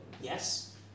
yes